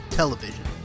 television